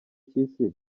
cy’isi